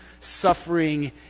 suffering